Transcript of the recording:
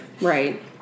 Right